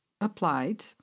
applied